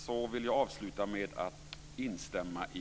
Jag vill avsluta med att instämma i